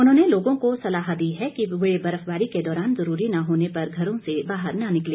उन्होंने लोगों को सलाह दी है कि वह बर्फबारी के दौरान जरूरी न होने पर घरों से बाहर न निकले